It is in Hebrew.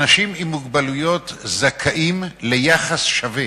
אנשים עם מוגבלויות זכאים ליחס שווה